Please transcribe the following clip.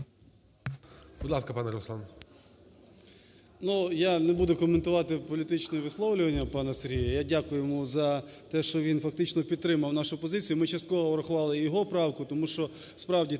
Будь ласка, пане Руслан.